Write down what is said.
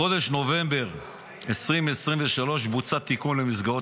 בחודש נובמבר 2023 בוצע תיקון למסגרות